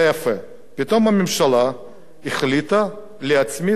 פתאום הממשלה החליטה להצמיד קומיסרים.